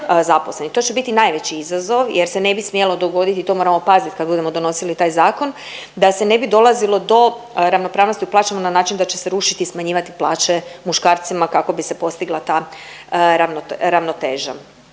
To će biti najveći izazov jer se ne bi smjelo dogoditi i to moramo paziti kad budemo donosili taj zakon, da se ne bi dolazilo do ravnopravnosti u plaćama na način da će se rušiti i smanjivati plaće muškarcima kako bi se postigla ta ravnoteža.